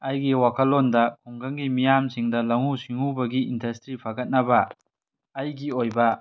ꯑꯩꯒꯤ ꯋꯥꯈꯜꯂꯣꯟꯗ ꯈꯨꯡꯒꯪꯒꯤ ꯃꯤꯌꯥꯝꯁꯤꯡꯗ ꯂꯧꯎ ꯁꯤꯡꯎꯕꯒꯤ ꯏꯟꯗꯁꯇ꯭ꯔꯤ ꯐꯒꯠꯅꯕ ꯑꯩꯒꯤ ꯑꯣꯏꯕ